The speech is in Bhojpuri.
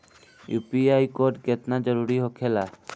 यू.पी.आई कोड केतना जरुरी होखेला?